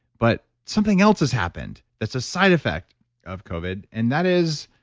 but something else has happened that's a side effect of covid and that is